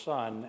Son